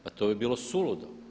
Pa to bi bilo suludo.